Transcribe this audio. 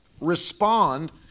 respond